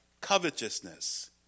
covetousness